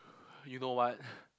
you know what